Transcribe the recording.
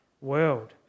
world